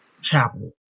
chapel